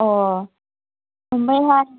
अ ' ओमफ्रायहाय